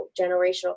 generational